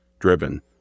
Driven